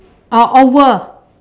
oh oval